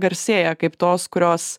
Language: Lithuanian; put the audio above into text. garsėja kaip tos kurios